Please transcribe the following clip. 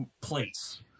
place